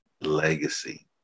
legacy